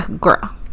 girl